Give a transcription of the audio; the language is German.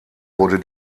wurde